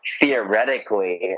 theoretically